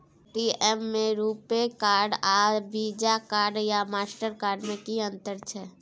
ATM में RuPay card आर Visa card या मास्टर कार्ड में कि अतंर छै?